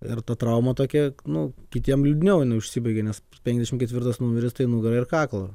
ir ta trauma tokia nu kitiem liūdniau užsibaigė nes penkiasdešimt ketvirtas numeris tai nugarą ir kaklą